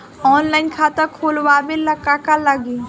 Online खाता खोलबाबे ला का का लागि?